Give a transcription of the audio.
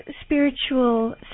spiritual